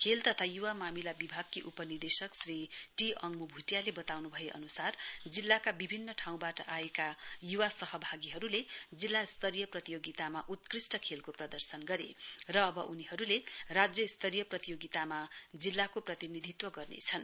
खेल तथा युवा मामिला विभागकी उपनिर्देशक टी अङमु भूटियाले बताउनु भए अनुसार जिल्लाका विभिन्न ठाउँबाट आएका युवा सहभागीहरूले जिल्ला स्तरीय प्रतियोगितामा उत्कृष्ट खेलको प्रदर्शन गरे र अब उनीहरूले राज्य स्तरीय प्रतियोगितामा जिल्लाको प्रतिनिधित्व गर्नेछन्